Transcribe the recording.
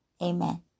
amen